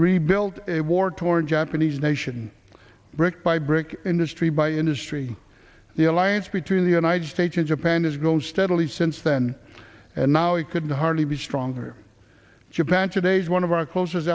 rebuilt a war torn japanese nation brick by brick industry by industry the alliance between the united states and japan has grown steadily since then and now it could hardly be stronger japan today is one of our closest